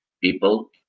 people